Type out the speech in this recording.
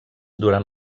durant